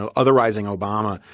ah otherizing obama,